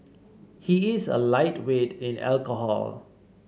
he is a lightweight in alcohol